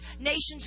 nations